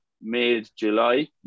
mid-july